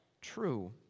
true